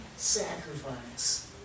Sacrifice